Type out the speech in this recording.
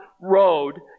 road